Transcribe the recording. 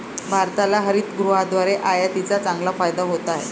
भारताला हरितगृहाद्वारे आयातीचा चांगला फायदा होत आहे